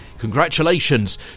congratulations